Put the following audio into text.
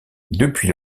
depuis